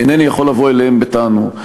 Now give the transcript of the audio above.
ולכן אינני יכול לבוא אליהם בטענות.